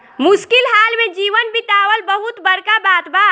मुश्किल हाल में जीवन बीतावल बहुत बड़का बात बा